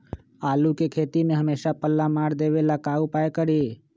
आलू के खेती में हमेसा पल्ला मार देवे ला का उपाय करी?